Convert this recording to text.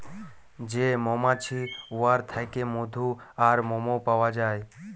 যে মমাছি উয়ার থ্যাইকে মধু আর মমও পাউয়া যায়